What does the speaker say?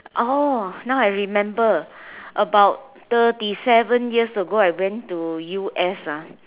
oh now I remember about thirty seven years ago I went to u_s ah